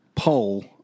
Poll